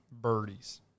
birdies